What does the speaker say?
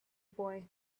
boy